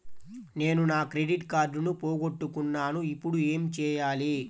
నేను నా క్రెడిట్ కార్డును పోగొట్టుకున్నాను ఇపుడు ఏం చేయాలి?